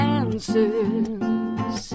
answers